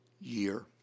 year